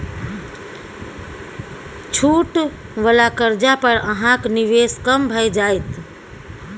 छूट वला कर्जा पर अहाँक निवेश कम भए जाएत